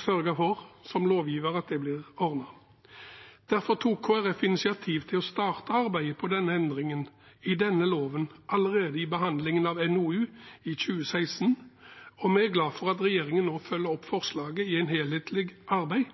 sørge for at det blir ordnet. Derfor tok Kristelig Folkeparti initiativ til å starte arbeidet med denne endringen i denne loven allerede i behandlingen av NOU 2016: 9, og vi er glad for at regjeringen nå følger opp forslaget i et helhetlig arbeid